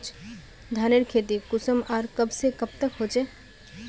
धानेर खेती कुंसम आर कब से कब तक होचे?